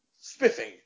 Spiffing